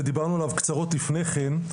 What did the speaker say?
ודיברנו עליו קצרות לפני כן,